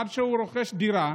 עד שהוא רוכש דירה,